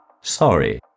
Sorry